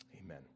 Amen